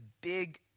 big